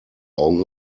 augen